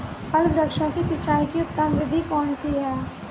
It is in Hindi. फल वृक्षों की सिंचाई की उत्तम विधि कौन सी है?